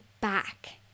back